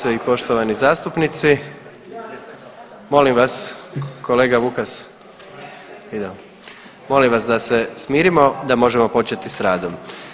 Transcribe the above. poštovani zastupnici, molim vas kolega Vukas, molim vas da se smirimo da možemo početi s radom.